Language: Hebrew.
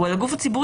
בקריאה פשוטה.